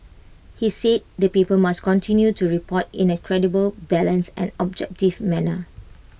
he said the paper must continue to report in A credible balanced and objective manner